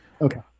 Okay